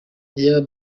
iyaba